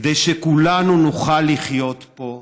כדי שכולנו נוכל לחיות פה בביטחון.